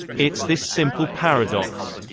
it's this simple paradox.